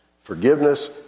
Forgiveness